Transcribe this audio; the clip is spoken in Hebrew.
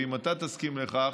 ואם אתה תסכים לכך,